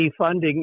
defunding